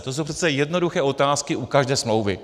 To jsou přece jednoduché otázky u každé smlouvy.